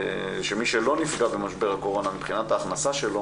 שמי שלא נפגע במשבר הקורונה מבחינת ההכנסה שלו